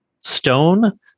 Stone